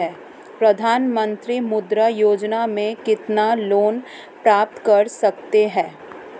प्रधानमंत्री मुद्रा योजना में कितना लोंन प्राप्त कर सकते हैं?